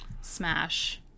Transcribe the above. Smash